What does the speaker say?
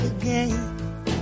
again